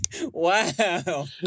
Wow